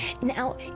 now